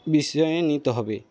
নিতে হবে